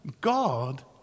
God